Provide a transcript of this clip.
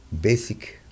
basic